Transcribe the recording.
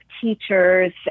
teachers